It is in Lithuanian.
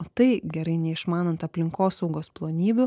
o tai gerai neišmanant aplinkosaugos plonybių